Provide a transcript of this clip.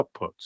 outputs